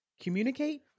communicate